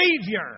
Savior